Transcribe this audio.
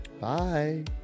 bye